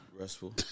Restful